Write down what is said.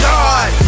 God